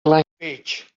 language